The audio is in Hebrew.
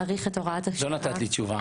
לא נתת לי תשובה.